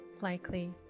Likely